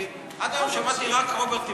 כי עד היום שמעתי רק רוברט טיבייב.